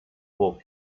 poc